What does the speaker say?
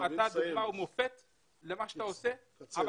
אתה דוגמה ומופת למה שאתה עושה אבל